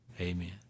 amen